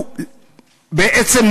בעצם,